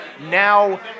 Now